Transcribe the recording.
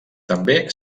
també